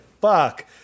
fuck